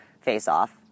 Face-off